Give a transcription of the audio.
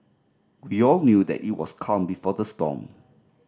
we all knew that it was calm before the storm